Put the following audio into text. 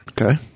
Okay